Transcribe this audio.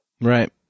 Right